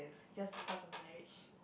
just because of marriage